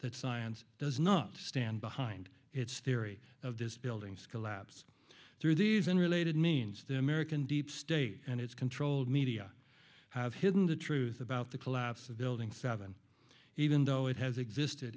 that science does not stand behind its theory of this buildings collapse through these and related means that american deep state and its controlled media have hidden the truth about the collapse of building seven even though it has existed